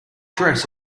dress